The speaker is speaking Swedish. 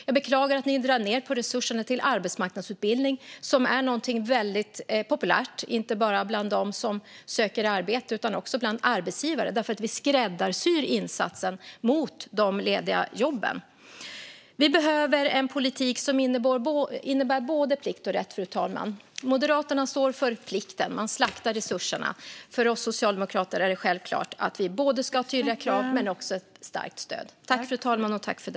Jag beklagar att ni drar ned på resurserna till arbetsmarknadsutbildning, som är någonting väldigt populärt inte bara bland dem som söker arbete utan också bland arbetsgivare eftersom vi skräddarsyr insatsen för de lediga jobben. Vi behöver en politik som innebär både plikt och rätt, fru talman. Moderaterna står för plikten. Man slaktar resurserna. För oss socialdemokrater är det självklart att vi både ska ha tydliga krav och ett starkt stöd.